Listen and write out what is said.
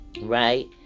right